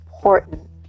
Important